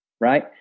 right